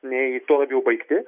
nei tuo labiau baigti